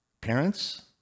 Parents